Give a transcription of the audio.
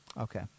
Okay